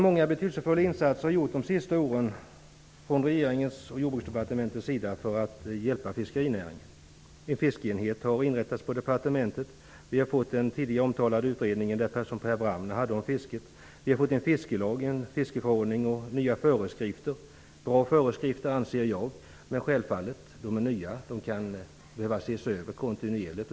Många betydelsefulla insatser har gjorts de senaste åren från regeringens och Jordbruksdepartementets sida för att hjälpa fiskerinäringen. En fiskeenhet har inrättats på departementet. Vi har fått den tidigare omtalade utredningen som generaldirektör Per Wramner gjorde om fisket. Vi har fått en fiskelag, en fiskeförordning och nya föreskrifter. Föreskrifterna är bra, anser jag, men de är nya och kan behöva ses över kontinuerligt.